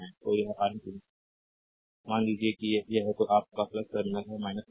तो यह Rn पूंजी है मान लीजिए कि यह तो आप का टर्मिनल है टर्मिनल